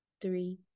three